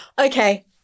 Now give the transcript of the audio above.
Okay